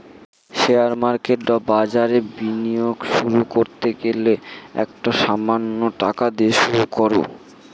share market বা বাজারে বিনিয়োগ শুরু করতে গেলে একটা সামান্য টাকা দিয়ে শুরু করো